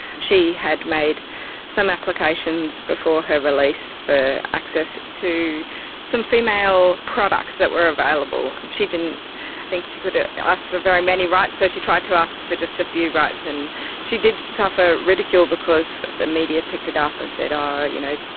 she had made some applications before her release for access to some female products that were available. she didn't think she could ah ask for very many rights, so she tried to ask for just a few rights. and she did suffer ridicule because the media picked it up and said, you know,